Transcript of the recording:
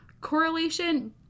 correlation